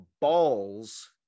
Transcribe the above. Balls